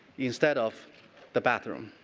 instead of the bathroom.